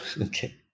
Okay